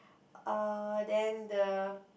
err then the